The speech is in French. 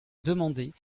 demandés